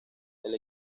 del